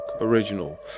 original